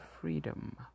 freedom